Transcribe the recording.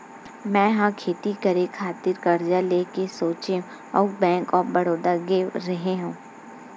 मै ह खेती करे खातिर करजा लेय के सोचेंव अउ बेंक ऑफ बड़ौदा गेव रेहेव